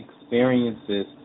experiences